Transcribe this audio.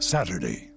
Saturday